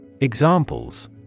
Examples